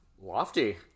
lofty